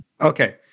Okay